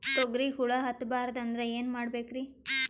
ತೊಗರಿಗ ಹುಳ ಹತ್ತಬಾರದು ಅಂದ್ರ ಏನ್ ಮಾಡಬೇಕ್ರಿ?